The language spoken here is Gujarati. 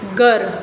ઘર